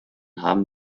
haben